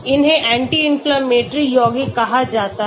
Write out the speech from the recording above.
इन्हें anti inflammatory यौगिक कहा जाता है